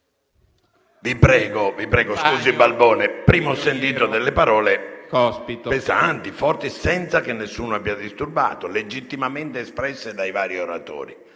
vi prego. Prima ho sentito parole pesanti, forti - senza che nessuno abbia disturbato - legittimamente espresse dai vari oratori.